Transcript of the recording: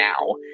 now